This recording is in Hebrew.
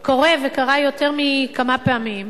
קורה, וקרה יותר מכמה פעמים,